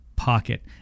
pocket